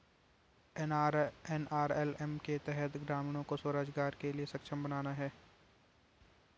NRLM के तहत ग्रामीणों को स्व रोजगार के लिए सक्षम बनाना है